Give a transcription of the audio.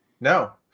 No